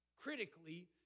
Critically